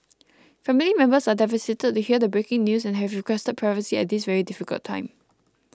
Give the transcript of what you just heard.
family members are devastated to hear the breaking news and have requested privacy at this very difficult time